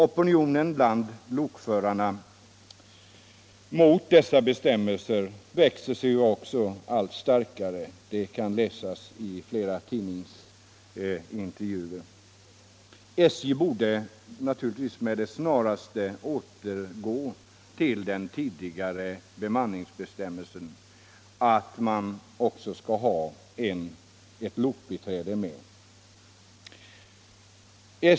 Opinionen bland lokförarna mot dessa bestämmelser växer sig allt starkare. Det kan läsas i flera tidningsintervjuer. SJ borde naturligtivis med det snaraste återgå till de tidigare bemanningsbestämmelserna, som innebar att man också skulle ha ett lokbiträde med.